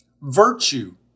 Virtue